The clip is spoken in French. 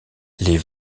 les